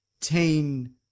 teen